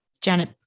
Janet